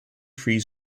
free